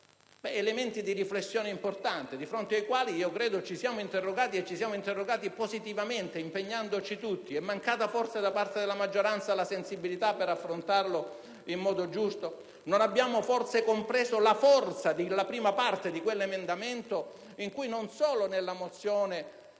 elementi di riflessione importanti, di fronte ai quali credo che ci siamo interrogati positivamente, impegnandoci tutti. È mancata forse da parte della maggioranza la sensibilità per affrontarli in modo giusto? Non abbiamo forse compreso la forza della prima parte di quell'emendamento? In essa, non solo nella mozione